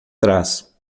trás